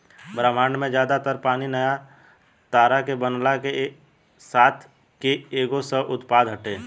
ब्रह्माण्ड में ज्यादा तर पानी नया तारा के बनला के साथ के एगो सह उत्पाद हटे